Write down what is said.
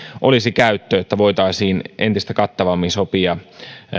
olisi käyttöä niin että voitaisiin entistä kattavammin sopia